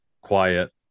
quiet